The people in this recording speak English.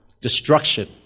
Destruction